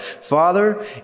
Father